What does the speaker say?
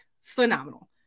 phenomenal